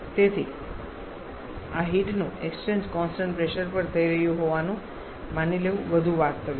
તેથી આ હીટનું એક્સચેન્જ કોન્સટંટ પ્રેશર પર થઈ રહ્યું હોવાનું માની લેવું વધુ વાસ્તવિક છે